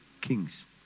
kings